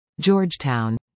Georgetown